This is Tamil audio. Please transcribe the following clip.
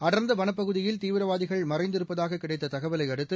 அடா்ந்தவளப்பகுதியில் தீவிரவாதிகள் மறைந்திருப்பதாககிடைத்ததகவலைஅடுத்து